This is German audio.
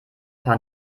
paar